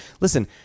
listen